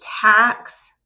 tax